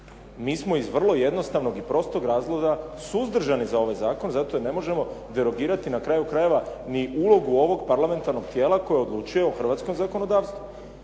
mi smo iz vrlo jednostavnog i prostog razloga suzdržani za ovaj zakon, zato jer ne možemo derogirati na kraju krajeva ni uloga ovog parlamentarnog tijela koji odlučuje o hrvatskom zakonodavstvu.